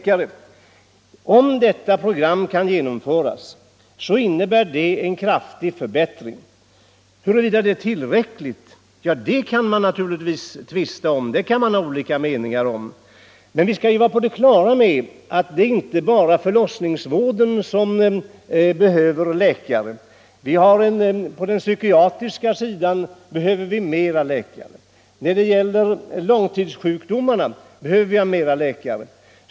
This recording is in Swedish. Om detta program kan genomföras innebär det en kraftig förbättring. Huruvida det är tillräckligt kan man naturligtvis tvista om och ha olika meningar om. Vi skall emellertid vara på det klara med att det inte bara är förlossningsvården som behöver fler läkare. Inom psykiatrin behöver vi fler läkare, och detsamma gäller på långtidssjukdomarnas område.